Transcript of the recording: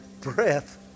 breath